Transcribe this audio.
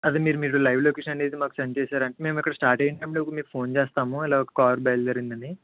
అది మీరు మీరు లైవ్ లొకేషన్ అనేది మాకు సెండ్ చేశారంటే మేము ఇక్కడ స్టార్ట్ అయ్యే ముందు మీకు ఫోన్ చేస్తాను ఇలా కారు బయలుదేరిందని